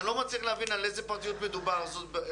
אני לא מצליח להבין על איזה פרטיות מדובר שם.